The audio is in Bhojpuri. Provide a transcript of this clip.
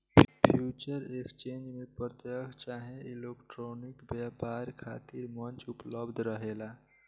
फ्यूचर एक्सचेंज में प्रत्यकछ चाहे इलेक्ट्रॉनिक व्यापार खातिर मंच उपलब्ध रहेला